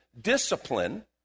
discipline